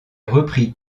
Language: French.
repris